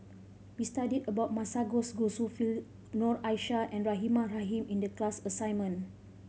we studied about Masagos Zulkifli Noor Aishah and Rahimah Rahim in the class assignment